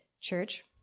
church